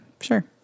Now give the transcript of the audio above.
Sure